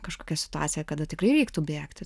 kažkokia situacija kada tikrai reiktų bėgti